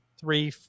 three